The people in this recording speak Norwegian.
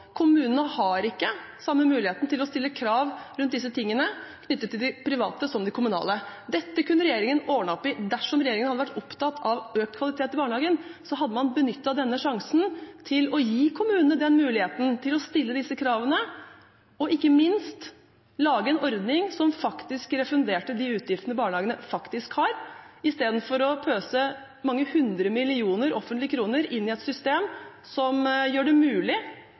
Kommunene har ikke samme muligheten til å stille krav rundt disse tingene knyttet til de private som til de kommunale. Dette kunne regjeringen ordnet opp i. Dersom regjeringen hadde vært opptatt av økt kvalitet i barnehagen, hadde man benyttet denne sjansen til å gi kommunene muligheten til å stille disse kravene, og ikke minst, til å lage en ordning som refunderte de utgiftene barnehagene faktisk har, istedenfor å pøse mange hundre millioner offentlige kroner inn i et system som gjør det mulig